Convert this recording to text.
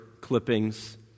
clippings